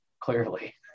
Clearly